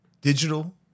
digital